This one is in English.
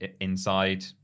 inside